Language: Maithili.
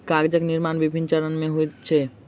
कागजक निर्माण विभिन्न चरण मे होइत अछि